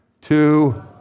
Two